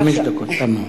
חמש דקות תמו.